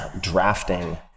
drafting